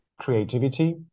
creativity